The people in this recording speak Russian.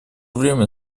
время